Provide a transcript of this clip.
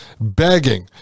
begging